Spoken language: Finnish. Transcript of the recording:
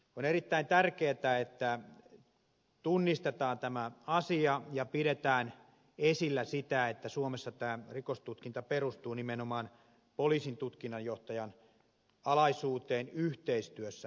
on erittäin tärkeätä että tunnistetaan tämä asia ja pidetään esillä sitä että suomessa tämä rikostutkinta perustuu ja tehdään nimenomaan poliisin tutkinnanjohtajan alaisuudessa yhteistyössä syyttäjän kanssa